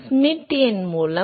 Schmidt எண் மூலம்